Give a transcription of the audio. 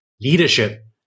Leadership